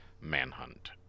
Manhunt